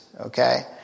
Okay